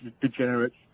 degenerates